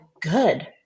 good